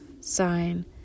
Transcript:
sign